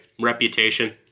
reputation